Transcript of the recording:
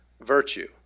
virtue